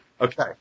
Okay